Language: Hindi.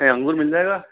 अँगूर मिल जाएगा